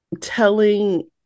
telling